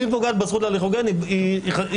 אם היא פוגעת בזכות להליך הוגן היא לא פגיעה קלה.